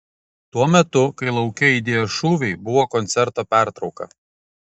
tuo metu kai lauke aidėjo šūviai buvo koncerto pertrauka